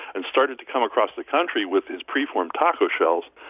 and started to come across the country with his preformed taco shells,